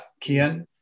Kian